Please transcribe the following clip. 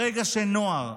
ברגע שנוער,